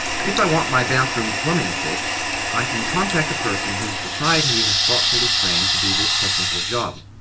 if i want my bathroom plumbing fixed i can contact a person whom society has thoughtfully trained to do this technical job.